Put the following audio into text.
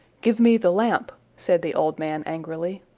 give me the lamp, said the old man, angrily.